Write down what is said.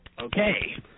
Okay